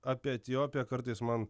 apie etiopiją kartais man